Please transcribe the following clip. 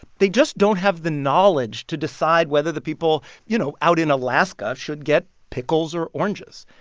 they just don't have the knowledge to decide whether the people, you know, out in alaska should get pickles or oranges.